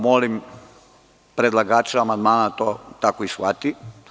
Molim predlagača amandmana da to tako shvati.